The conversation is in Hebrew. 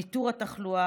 ניטור התחלואה,